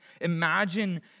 Imagine